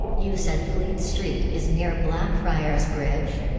you said fleet street is near blackfriars bridge?